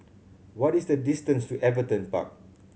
what is the distance to Everton Park